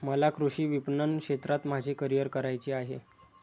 मला कृषी विपणन क्षेत्रात माझे करिअर करायचे आहे